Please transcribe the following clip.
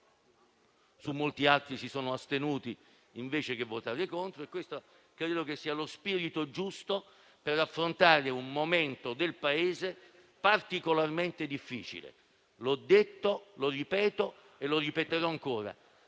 su molti altri si sono astenuti, anziché votare contro. Credo che questo sia lo spirito giusto per affrontare un momento del Paese particolarmente difficile. L'ho detto, lo ripeto e lo ripeterò ancora: